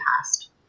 past